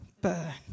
burn